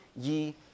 ye